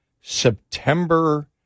september